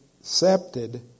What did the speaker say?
accepted